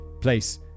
place